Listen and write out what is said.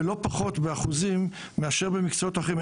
ולא פחות באחוזים מאשר במקצועות אחרים.